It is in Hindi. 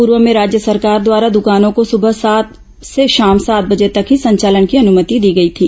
पूर्व में राज्य सरकार द्वारा दुकानों को सुबह सात से शाम सात बजे तक ही संचालन की अनुमति दी गई थी